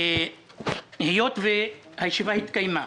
היות והישיבה התקיימה,